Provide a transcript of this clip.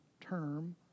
term